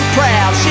proud